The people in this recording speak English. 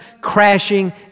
crashing